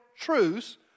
truths